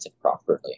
properly